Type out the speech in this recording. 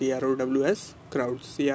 Crowds